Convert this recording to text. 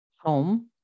home